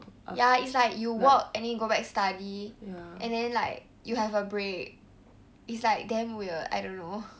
ya it's like you work and then you go back study and then like you have a break it's like damn weird I don't know